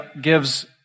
gives